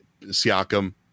Siakam